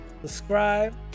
subscribe